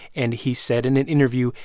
and he said in an interview,